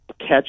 catch